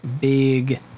big